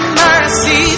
mercy